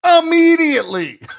immediately